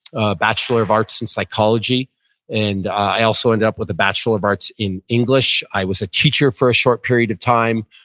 a bachelor of arts and psychology and i also ended up with a bachelor of arts in english. i was a teacher for a short period of time.